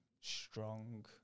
strong